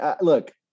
look